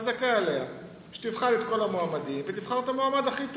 חזקה עליה שתבחן את כל המועמדים ותבחר את המועמד הכי טוב.